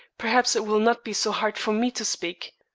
perhaps it will not be so hard for me to speak.